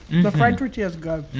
the fried tortilla's good